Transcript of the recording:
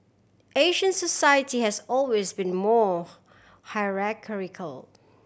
Asian society has always been more hierarchical